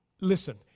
listen